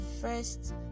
first